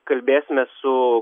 kalbėsimės su